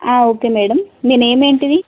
okay madam మీ name ఏంటిది